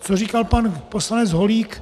Co říkal pan poslanec Holík.